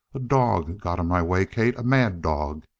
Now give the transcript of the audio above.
a dog got in my way, kate a mad dog.